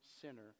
sinner